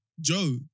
Joe